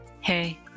Hey